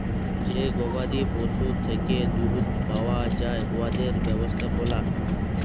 যে গবাদি পশুর থ্যাকে দুহুদ পাউয়া যায় উয়াদের ব্যবস্থাপলা